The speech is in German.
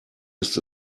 ist